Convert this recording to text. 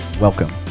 welcome